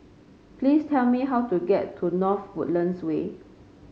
please tell me how to get to North Woodlands Way